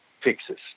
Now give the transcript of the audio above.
fixes